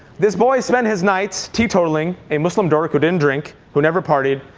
this boy spent his nights, tee-totaling, a muslim dork who didn't drink, who never partied,